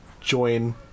join